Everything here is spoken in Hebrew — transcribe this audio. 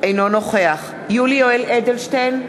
אינו נוכח יולי יואל אדלשטיין,